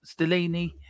Stellini